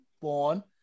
born